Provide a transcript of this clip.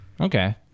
Okay